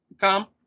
tom